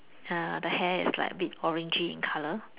uh the hair is a bit like orangy in colour